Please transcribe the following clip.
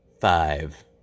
five